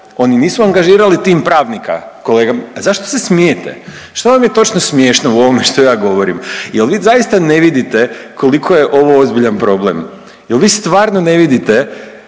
oni nisu angažirali tim pravnika kolega. A zašto se smijete? Što vam je točno smiješno u ovome što ja govorim? Jel vi zaista ne vidite koliko je ovo ozbiljan problem? Jel vi stvarno ne vidite